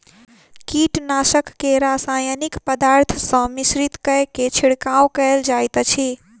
कीटनाशक के रासायनिक पदार्थ सॅ मिश्रित कय के छिड़काव कयल जाइत अछि